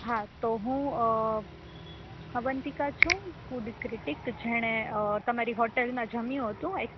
હા તો હું અવંતિકા છું ફૂડ ક્રિટિક જેણે તમારી હોટેલમાં જમયું હતું એ